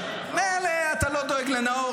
מילא אתה לא דואג לנאור,